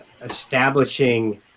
establishing